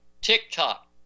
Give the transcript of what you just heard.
TikTok